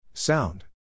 Sound